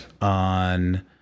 on